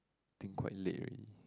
think quite late already